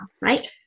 right